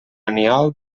aniol